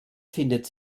findet